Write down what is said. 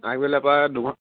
আগবেলাৰ পৰা দুঘন্টা